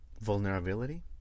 Vulnerability